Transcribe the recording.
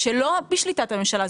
שהם לא בשליטת הממשלה,